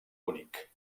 únic